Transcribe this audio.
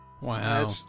Wow